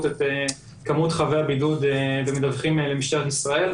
את כמות חבי הבידוד ומדווחים למשטרת ישראל.